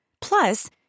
Plus